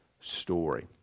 story